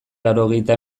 laurogeita